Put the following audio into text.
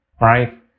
right